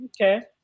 Okay